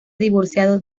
divorciado